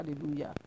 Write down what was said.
Hallelujah